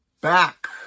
back